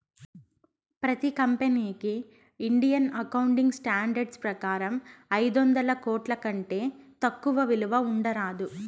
ప్రతి కంపెనీకి Indian accounting standards ప్రకారం ఐదొందల కోట్ల కంటే తక్కువ విలువ ఉండరాదు